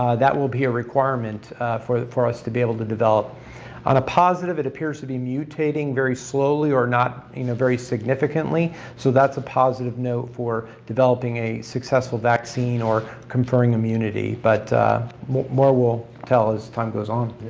that will be a requirement for for us to be able to develop on a positive it appears to be mutating very slowly or not you know very significantly so that's a positive note for developing a successful vaccine or conferring immunity. but more more will tell as the time goes on.